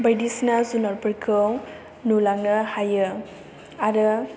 बायदिसिना जुनारफोरखौ नुलांनो हायो आरो